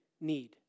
need